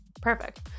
perfect